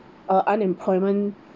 uh unemployment